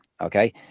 Okay